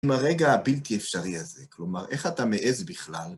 מהרגע הבלתי אפשרי הזה, כלומר, איך אתה מעז בכלל?